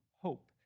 hope